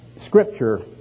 scripture